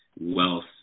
wealth